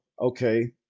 Okay